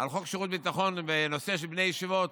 שירות ביטחון בנושא של בני ישיבות,